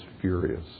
furious